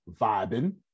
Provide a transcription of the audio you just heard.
vibing